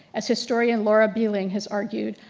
as historian laura behling has argued,